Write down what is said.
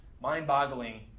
mind-boggling